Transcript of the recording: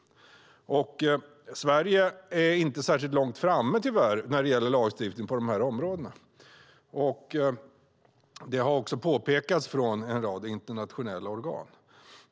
Sverige är tyvärr inte särskilt långt framme när det gäller lagstiftning på dessa områden. Det har också påpekats från en rad internationella organ.